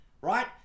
right